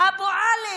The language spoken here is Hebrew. אבו עלי,